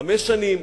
חמש שנים.